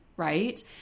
right